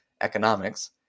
economics